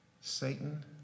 Satan